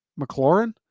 McLaurin